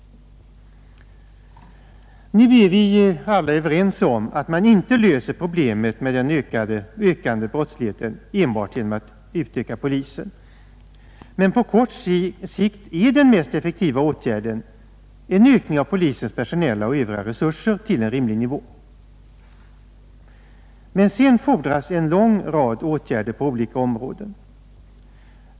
Nu är vi alla överens om att man inte löser problemet med den ökande brottsligheten enbart genom att utöka polisen. Men på kort sikt är den mest effektiva åtgärden en ökning av polisens personella och övriga resurser till en rimlig nivå. Men sedan fordras en lång rad åtgärder på olika områden.